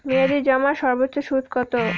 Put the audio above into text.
মেয়াদি জমার সর্বোচ্চ সুদ কতো?